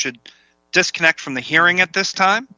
should disconnect from the hearing at this time